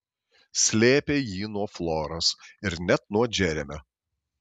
slėpė jį nuo floros ir net nuo džeremio